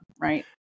right